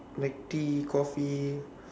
like tea coffee